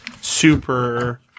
super